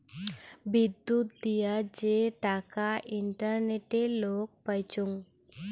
বিদ্যুত দিয়া যে টাকা ইন্টারনেটে লোক পাইচুঙ